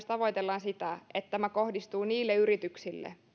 tavoitellaan myös sitä että tämä kohdistuu niille yrityksille